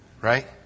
right